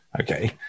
Okay